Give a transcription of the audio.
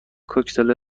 کوکتل